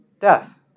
Death